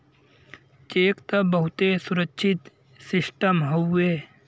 check त बहुते सुरक्षित सिस्टम हउए